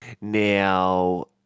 Now